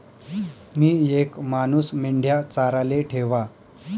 मी येक मानूस मेंढया चाराले ठेवा